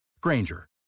Granger